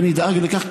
ואני אדאג לכך,